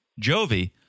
Jovi